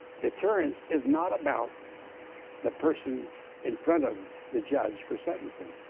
deterrence is not about the person in front of the judge for sentencing.